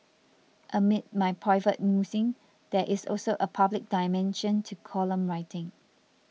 amid my private musings there is also a public dimension to column writing